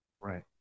right